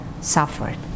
suffered